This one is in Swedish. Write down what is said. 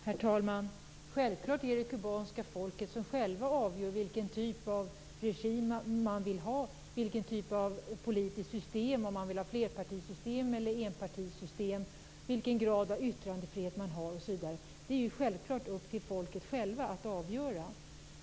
Herr talman! Självklart avgör det kubanska folket självt vilken typ av regim man vill ha, vilken typ av politiskt system, om man vill ha flerpartisystem eller enpartisystem, vilken grad av yttrandefrihet man har, osv. Det är självklart upp till folket självt att avgöra.